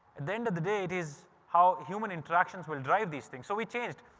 the end of the day, it is how human interactions will drive these things. so we changed!